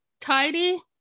tidy